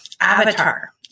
Avatar